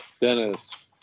Dennis